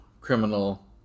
criminal